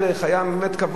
היה באמת כבוד,